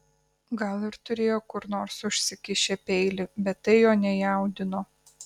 gal ir turėjo kur nors užsikišę peilį bet tai jo nejaudino